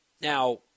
Now